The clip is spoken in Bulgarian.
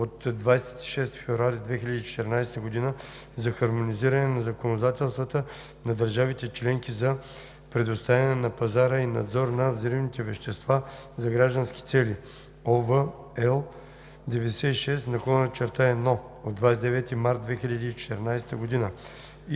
от 26 февруари 2014 г. за хармонизиране на законодателствата на държавите членки за предоставяне на пазара и надзор на взривните вещества за граждански цели (OB, L 96/1 от 29 март 2014 г.)